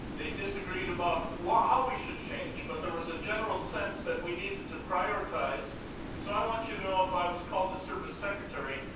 they disagreed about how we should change, but there was a general sense that we needed to prioritize and so i want you to know if i was called to serve as secretary,